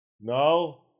No